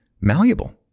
malleable